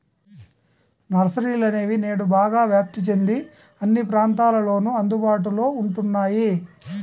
నర్సరీలనేవి నేడు బాగా వ్యాప్తి చెంది అన్ని ప్రాంతాలలోను అందుబాటులో ఉంటున్నాయి